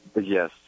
Yes